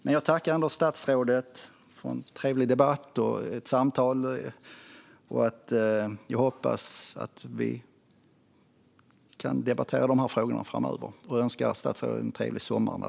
Men jag tackar ändå statsrådet för en trevlig debatt, och jag hoppas att vi kan debattera dessa frågor igen framöver. Jag önskar statsrådet en trevlig sommar!